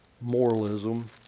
moralism